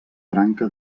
branca